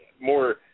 more